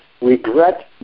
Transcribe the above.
regret